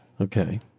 Okay